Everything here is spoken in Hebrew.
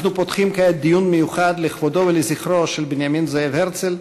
אנחנו פותחים כעת דיון מיוחד לכבודו ולזכרו של בנימין זאב הרצל,